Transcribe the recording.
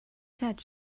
said